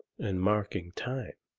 and marking time.